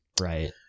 right